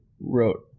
wrote